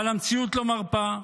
אבל המציאות לא מרפה,